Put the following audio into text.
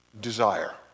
desire